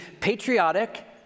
patriotic